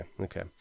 okay